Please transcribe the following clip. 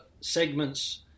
segments